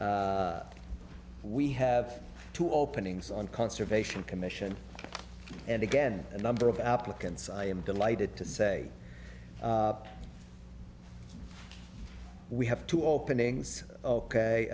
we have two openings on conservation commission and again a number of applicants i am delighted to say we have two openings